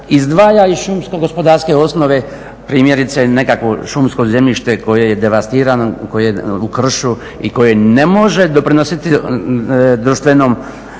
izdvaja iz šumsko-gospodarske osnove primjerice nekakvo šumsko zemljište koje je devastirano, koje je u kršu i koje ne može doprinositi društvenom